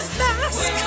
mask